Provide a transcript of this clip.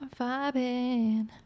vibing